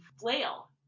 flail